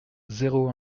zéro